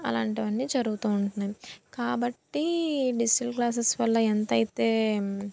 అలాంటివి అన్నీ జరుగుతు ఉంటున్నాయి కాబట్టి డిజిటల్ క్లాసెస్ వల్ల ఎంత అయితే